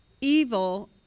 evil